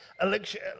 election